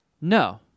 No